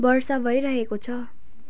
वर्षा भइरहेको छ